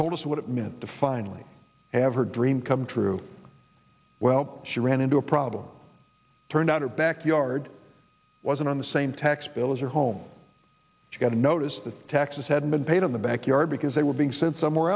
told us what it meant to finally have her dream come true well she ran into a problem turned out her backyard wasn't on the same tax bill is her home she got a notice the taxes hadn't been paid in the backyard because they were being sent somewhere